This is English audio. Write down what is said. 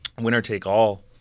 winner-take-all